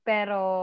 Pero